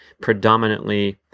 predominantly